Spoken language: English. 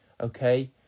Okay